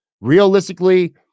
realistically